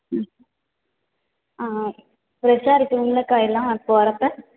ம் ஆ ஆ ஃப்ரெஷ்ஷா இருக்குது முருங்கக்காயெல்லாம் இப்போது வரப்போ